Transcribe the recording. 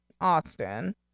austin